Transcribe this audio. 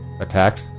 attacked